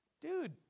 Dude